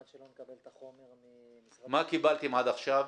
עד שלא נקבל את החומר ממשרד --- מה קיבלתם עד עכשיו?